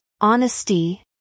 honesty